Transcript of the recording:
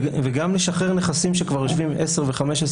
וגם לשחרר נכסים שכבר יושבים עשר ו-15